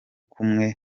kumwe